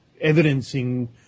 evidencing